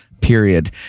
period